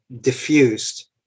diffused